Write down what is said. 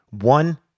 One